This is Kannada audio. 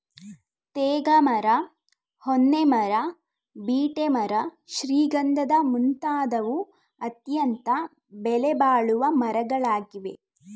ತೇಗ ಮರ, ಹೊನ್ನೆ ಮರ, ಬೀಟೆ ಮರ ಶ್ರೀಗಂಧದ ಮುಂತಾದವು ಅತ್ಯಂತ ಬೆಲೆಬಾಳುವ ಮರಗಳಾಗಿವೆ